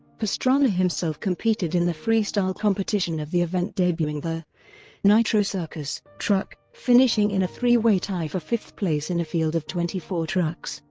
pastrana himself competed in the freestyle competition of the event debuting the nitro circus truck, finishing in a three-way tie for fifth place in a field of twenty four trucks.